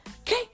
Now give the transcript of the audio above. Okay